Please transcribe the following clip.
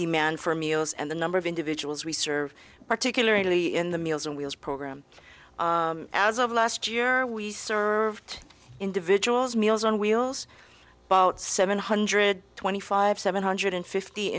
demand for meals and the number of individuals we serve particularly in the meals on wheels program as of last year we served individuals meals on wheels about seven hundred twenty five seven hundred fifty